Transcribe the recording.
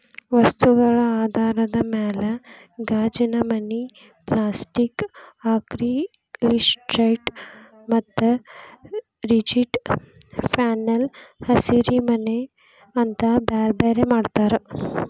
ವಸ್ತುಗಳ ಆಧಾರದ ಮ್ಯಾಲೆ ಗಾಜಿನಮನಿ, ಪ್ಲಾಸ್ಟಿಕ್ ಆಕ್ರಲಿಕ್ಶೇಟ್ ಮತ್ತ ರಿಜಿಡ್ ಪ್ಯಾನೆಲ್ ಹಸಿರಿಮನಿ ಅಂತ ಬ್ಯಾರ್ಬ್ಯಾರೇ ಮಾಡ್ತಾರ